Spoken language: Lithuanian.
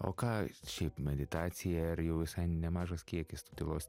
o ką šiaip meditacija ar jau visai nemažas kiekis tylos